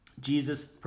Jesus